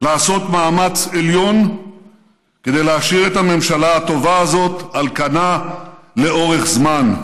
לעשות מאמץ עליון כדי להשאיר את הממשלה הטובה הזאת על כנה לאורך זמן.